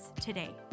today